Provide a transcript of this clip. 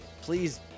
Please